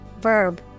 Verb